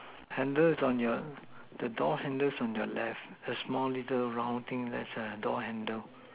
handle's on your the door handles on the left the small little round thing that's a door handle